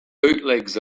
bootlegs